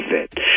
fit